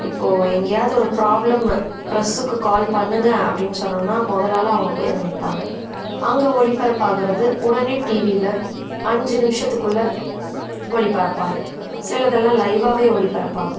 இப்போது எங்கேயாவது ஒரு ப்ராப்ளம்மு பிரஸ்ஸுக்கு கால் பண்ணுங்கள் அப்படின்னு சொன்னோம்னால் முதல் ஆளாக அவங்க போய் அங்கே நிற்பாங்க அங்கே ஒளிபரப்பாகிறது உடனே டிவியில அஞ்சு நிமிஷத்துக்குள்ள ஒளிபரப்பாயிடும் சிலதெல்லாம் லைவாகவே ஒளிபரப்பாகும்